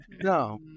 no